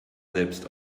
selbst